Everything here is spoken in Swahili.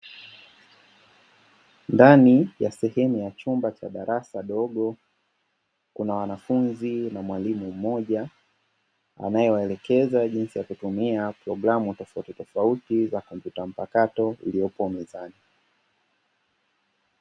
Ndani ya sehemu ya chumba cha darasa dogo kuna wanafunzi na mwalimu mmoja anayewaelekeza jinsi ya kutumia programu tofautitofauti iliyopo mezani.